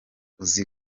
uzi